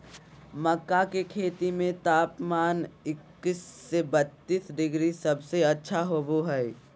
मक्का के खेती में तापमान इक्कीस से बत्तीस डिग्री सबसे अच्छा होबो हइ